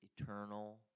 eternal